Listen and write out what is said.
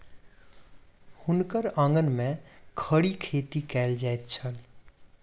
हुनकर आंगन में खड़ी खेती कएल जाइत छल